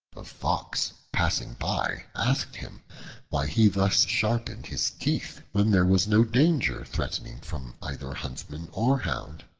a fox passing by asked him why he thus sharpened his teeth when there was no danger threatening from either huntsman or hound.